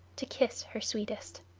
to kiss her sweetest.